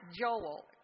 Joel